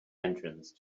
entrance